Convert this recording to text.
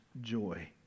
joy